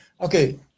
Okay